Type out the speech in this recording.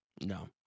No